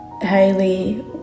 Hayley